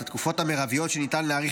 את התקופות המרביות שבהן ניתן להאריך